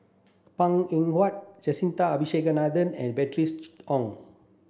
Png Eng Huat Jacintha Abisheganaden and Bernice Ong